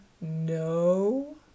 no